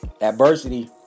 Adversity